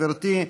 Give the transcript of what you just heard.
גברתי,